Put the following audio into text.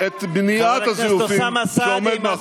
חבר הכנסת אוסאמה סעדי,